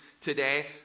today